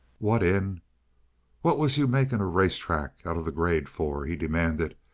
what in what was you making a race track out of the grade for, he demanded,